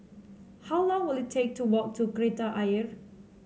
how long will it take to walk to Kreta Ayer